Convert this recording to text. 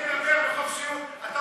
ומדבר בחופשיות.